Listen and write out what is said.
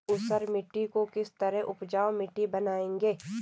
ऊसर मिट्टी को किस तरह उपजाऊ मिट्टी बनाएंगे?